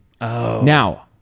Now